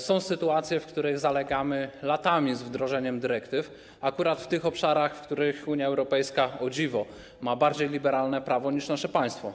Są sytuacje, w których zalegamy latami z wdrożeniem dyrektyw, akurat w tych obszarach, w których Unia Europejska, o dziwo, ma bardziej liberalne prawo niż nasze państwo.